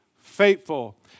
faithful